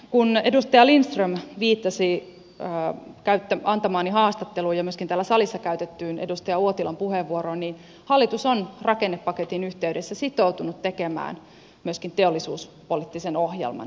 kun edustaja lindström viittasi antamaani haastatteluun ja myöskin täällä salissa käytettyyn edustaja uotilan puheenvuoroon niin hallitus on rakennepaketin yhteydessä sitoutunut tekemään myöskin teollisuuspoliittisen ohjelman